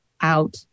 out